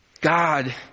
God